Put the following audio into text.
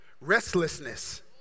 Restlessness